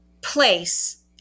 place